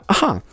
Aha